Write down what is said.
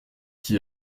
qui